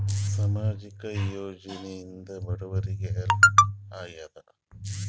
ಸಾಮಾಜಿಕ ಯೋಜನೆಗಳಿಂದ ಬಡವರಿಗೆ ಹೆಲ್ಪ್ ಆಗ್ಯಾದ?